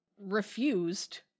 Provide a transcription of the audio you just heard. refused